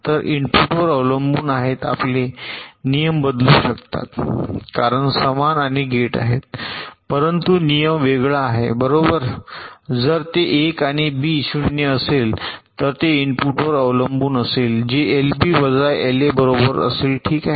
तर इनपुटवर अवलंबून आपले नियम बदलू शकतात कारण समान आणि गेट आहेत परंतु नियम आहेत वेगळा बरोबर जर ते 1 आणि बी 0 असेल तर ते इनपुटवर अवलंबून असेल जे एलबी वजा एलए बरोबर असेल ठीक आहे